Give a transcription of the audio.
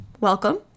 welcome